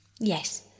yes